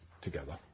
together